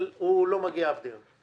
אבל הוא לא מגיע לאף דיון.